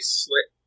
slit